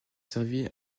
servi